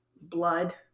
Blood